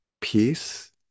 peace